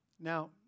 Now